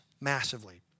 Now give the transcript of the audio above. massively